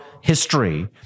history